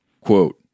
Quote